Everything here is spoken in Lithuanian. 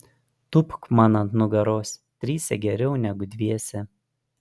tūpk man ant nugaros trise geriau negu dviese